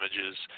images